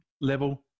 level